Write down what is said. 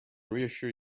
reassure